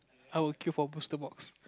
I'll kill for poster box